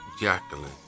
Jacqueline